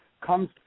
comes